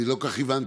אני לא כל כך הבנתי.